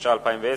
התש"ע 2010,